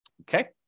okay